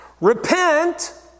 Repent